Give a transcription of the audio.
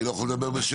אני לא יכול לדבר בשם,